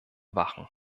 wachen